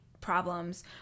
problems